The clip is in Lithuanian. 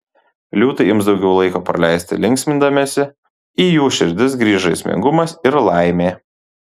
liūtai ims daugiau laiko praleisti linksmindamiesi į jų širdis grįš žaismingumas ir laimė